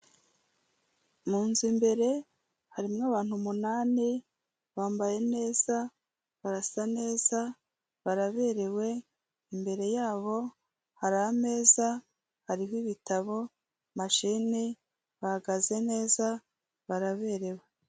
Munzu imbere harimo abantu umunani, bambaye neza, barasa neza, baraberewe, imbere yabo hari ameza, harihomo ibitabo, mashini, bahagaze neza, baraberewe.